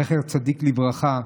זכר צדיק לברכה,